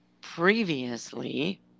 previously